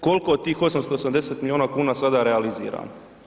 Kolko je tih 880 milijuna kuna sada realizirano?